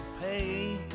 pay